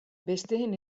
besteen